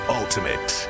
ultimate